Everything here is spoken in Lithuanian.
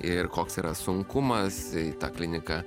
ir koks yra sunkumas tą kliniką